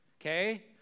Okay